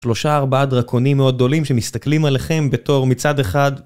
3-4 דרקונים מאוד גדולים שמסתכלים עליכם בתור מצד אחד.